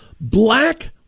black